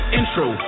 intro